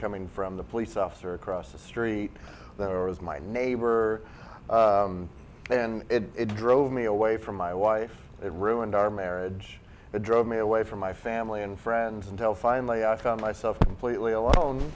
coming from the police officer across the street that was my neighbor and it drove me away from my wife it ruined our marriage it drove me away from my family and friends until finally i found myself plea alone